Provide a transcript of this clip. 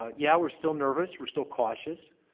ah yeah we're still nervous, we're still cautious.